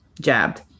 jabbed